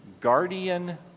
guardian